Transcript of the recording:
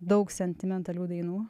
daug sentimentalių dainų